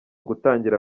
gutangira